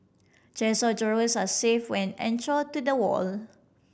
chest of drawers are safe when anchor to the wall